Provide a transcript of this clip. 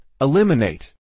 Eliminate